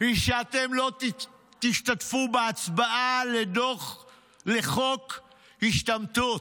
היא שאתם לא תשתתפו בהצבעה על חוק השתמטות.